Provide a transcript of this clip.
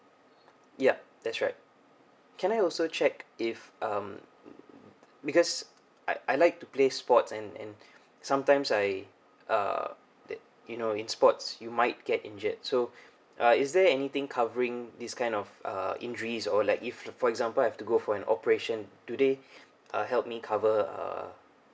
yup that's right can I also check if um because I I like to play sports and and sometimes I uh that you know in sports you might get injured so uh is there anything covering this kind of uh injuries or like if for example I have to go for an operation do they uh help me cover uh